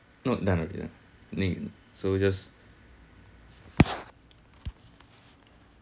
note down ya then you so just